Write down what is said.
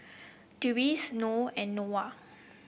Deris Noh and Noah